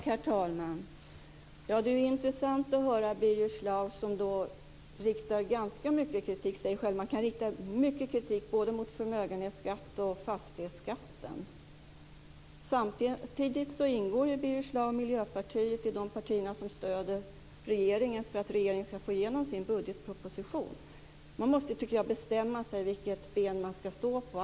Herr talman! Det är intressant att höra Birger Schlaug, som riktar ganska mycket kritik mot både förmögenhetsskatt och fastighetsskatt, vilka man i och för sig kan rikta mycket kritik mot. Men samtidigt ingår Birger Schlaug och Miljöpartiet i de partier som stöder regeringen för att den ska få igenom sin budgetproposition. Jag tycker att man måste bestämma sig för vilket ben man ska stå på.